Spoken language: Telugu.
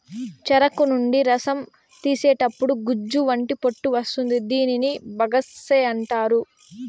చెరుకు నుండి రసం తీసేతప్పుడు గుజ్జు వంటి పొట్టు వస్తుంది దీనిని బగస్సే అంటారు